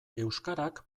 euskarak